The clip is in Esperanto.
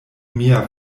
mia